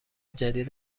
جدید